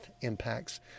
impacts